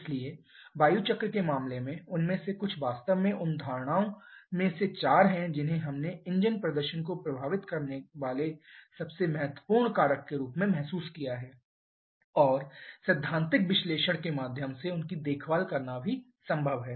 ईंधन वायु चक्र के मामले में उनमें से कुछ वास्तव में उन धारणाओं में से चार हैं जिन्हें हमने इंजन प्रदर्शन को प्रभावित करने वाले सबसे महत्वपूर्ण कारक के रूप में महसूस किया है और सैद्धांतिक विश्लेषण के माध्यम से उनकी देखभाल करना भी संभव है